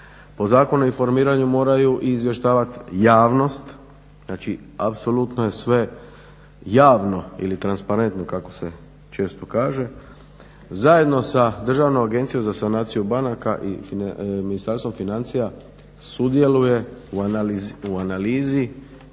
po Zakonu o informiranju moraju i izvještavati javnost. Znači, apsolutno je sve javno ili transparentno kako se često kaže. Zajedno sa Državnom agencijom za sanaciju banaka i Ministarstvom financija sudjeluju u analizi,